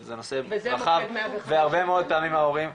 זה נושא רחב והרבה מאוד ההורים,